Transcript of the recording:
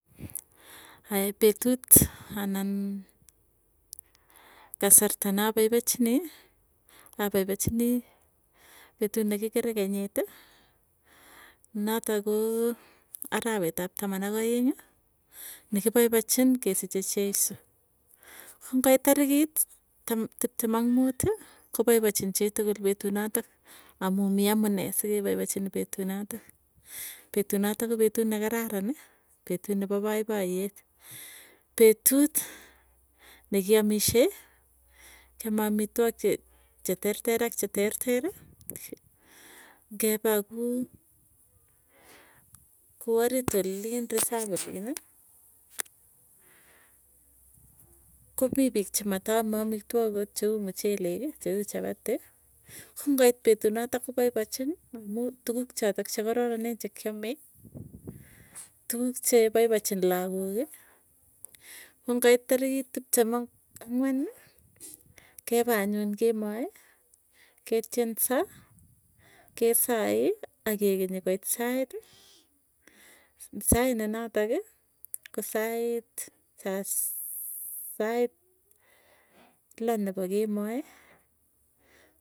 Aya petut, anan kasarta napaipachinii petut nekikere kenyiti, natok koo arawet ap taman ak aeng'i, nekipaipachin kesiche cheiso. Ko ngoit tarikit tiptem ak muuti, kopaipachin chitigul petuu natok amuu mii amune sikepaipachin petunatok. Petunatok kopetut nekararani petuu nepo paipoyet, petut nekiamishei kiame amitwok che cheterter ak che terteri, ngepa kuu kuu orit olin reserve olini, komii piik chemataame amitwok akot cheu mcheleki, cheu chapati. Ko ngoit petu natok kopaipachin amuu tuguk chotok chekararanen chekiamei. Tuguk che paipachin lagooki ko ngoit tarikit tiptem ak angwani, kepaa anyun kemoi ketienso, kesaei akekenyi koit saiti sait ne natoki kosait, saa sait loo nepo kemoi.